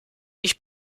ich